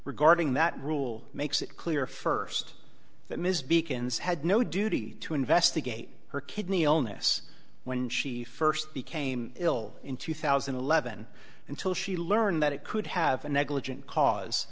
regarding that rule makes it clear first that ms beacons had no duty to investigate her kidney illness when she first became ill in two thousand and eleven until she learned that it could have a negligent cause